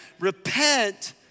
repent